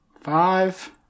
Five